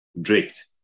drift